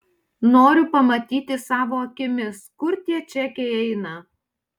noriu pamatyti savo akimis kur tie čekiai eina